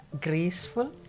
graceful